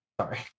Sorry